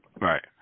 Right